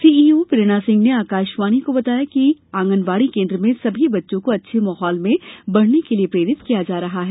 CEO Prerna Singh ने आकाशवाणी को बताया कि आंगनवाड़ी केन्द्र में सभी बच्चों को अच्छे माहौल में बढ़ने के लिए प्रेरित किया जा रहा है